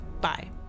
bye